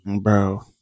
Bro